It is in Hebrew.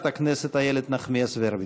חברת הכנסת איילת נחמיאס ורבין.